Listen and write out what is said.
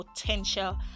potential